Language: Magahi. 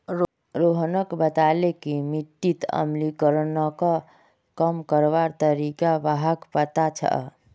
रोहन बताले कि मिट्टीत अम्लीकरणक कम करवार तरीका व्हाक पता छअ